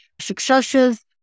successes